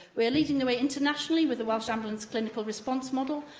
we're leading the way internationally with the welsh ambulance clinical response model.